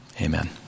Amen